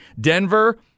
Denver